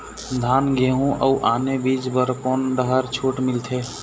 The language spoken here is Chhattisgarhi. धान गेहूं अऊ आने बीज बर कोन डहर छूट मिलथे?